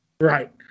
Right